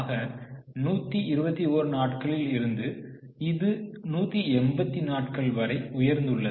ஆக 121 நாட்களில் இருந்து இது 187 நாட்கள் வரை உயர்ந்துள்ளது